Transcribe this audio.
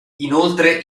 inoltre